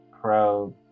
pro